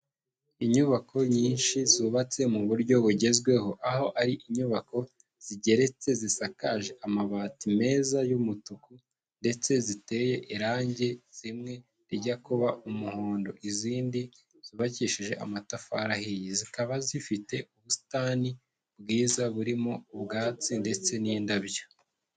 Inyubako nyinshi zubatse mu buryo bugezweho, aho ari inyubako zigeretse zisakaje amabati meza y'umutuku ndetse ziteye irangi zimwe rijya kuba umuhondo, izindi zubakishije amatafari ahiye. Zikaba zifite ubusitani bwiza burimo ubwatsi ndetse n'indabyo.